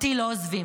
אותי לא עוזבים.